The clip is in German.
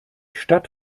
stadt